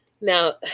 Now